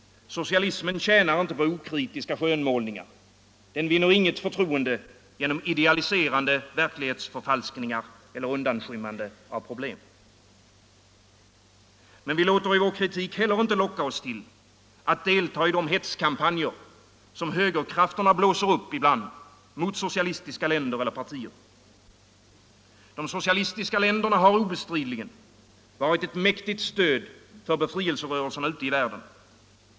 Socialismen tjänar inte på okritiska skönmålningar, den vinner inget förtroende genom idealiserande verklighetsförfalskningar eller undanskymmande av problem. Men vi låter i vår kritik heller inte locka oss till att delta i de hetskampanjer som högerkrafterna ibland blåser upp mot socialistiska länder eller partier. De socialistiska länderna har obestridligen varit ett mäktigt stöd för befrielserörelserna ute i världen.